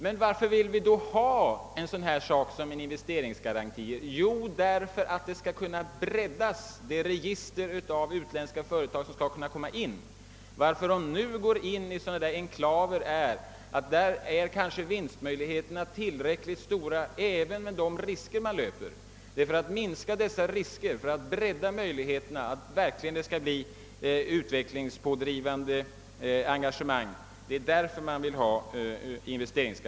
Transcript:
Men varför vill vi då ha investeringsgarantier? Jo, därför att det register av utländska företag som skall kunna komma in skall breddas. Anledningen till att de nu går in i enklaver är kanske att vinstmöjligheterna där är tillräckligt stora även i förhållande till de risker man löper. Man vill ha investeringsgarantier för att kunna minska dessa risker och bredda möjligheterna till att det verkligen skall bli utvecklingspådrivande engagemang.